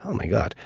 um my god,